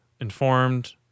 informed